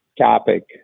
topic